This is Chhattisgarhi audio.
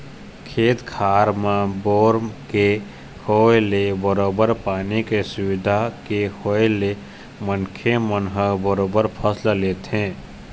खेत खार म बोर के होय ले बरोबर पानी के सुबिधा के होय ले मनखे मन ह बरोबर फसल लेथे